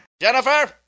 Jennifer